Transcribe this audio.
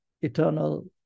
eternal